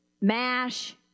MASH